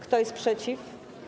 Kto jest przeciw?